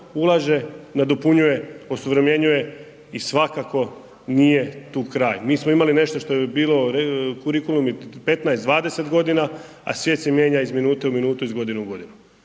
ulaže, nadopunjuje osuvremenjuje i svakako nije tu kraj. Mi smo imali nešto što je bilo kurikulum, 15-20 godina, a svijet se mijenja iz minutu u minutu, iz godine u godinu.